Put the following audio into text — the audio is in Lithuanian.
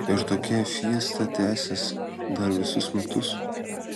ir tokia fiesta tęsis dar visus metus